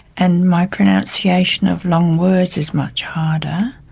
and my pronunciation of long words is much harder.